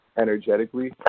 energetically